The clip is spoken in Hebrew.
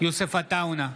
יוסף עטאונה,